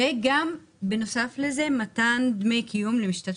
וגם בנוסף לזה מתן דמי קיום למשתתפים.